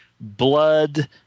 Blood